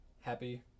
Happy